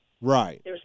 Right